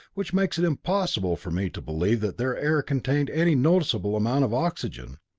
which makes it impossible for me to believe that their air contained any noticeable amount of oxygen,